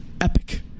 Epic